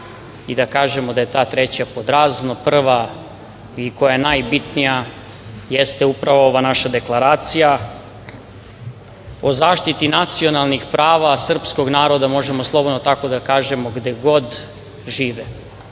i da kažemo da je ta treća pod Razno. Prva i koja je najbitnija jeste upravo ova naša deklaracija o zaštiti nacionalnih prava srpskog naroda, možemo slobodno tako da kažemo, gde god žive